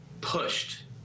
pushed